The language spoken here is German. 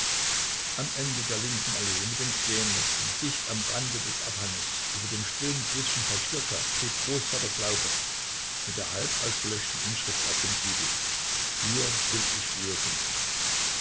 am ende der lindenallee mit den krähennestern dicht am rande des abhanges über dem stillen flüßchen kaschirka steht großvaters laube mit der halbausgelöschten inschrift auf dem giebel hier will ich ruhe finden